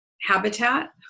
habitat